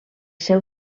seu